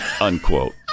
unquote